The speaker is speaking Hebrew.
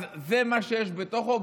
אז זה מה שיש בתוכו,